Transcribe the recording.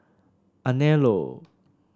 Anello